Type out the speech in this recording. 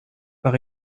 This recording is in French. par